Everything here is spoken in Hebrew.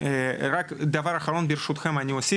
אני אוסיף דבר אחרון ברשותכם,